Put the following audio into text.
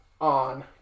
on